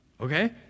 okay